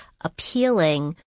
appealing